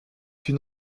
une